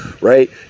right